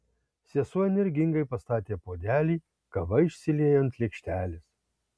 sesuo energingai pastatė puodelį kava išsiliejo ant lėkštelės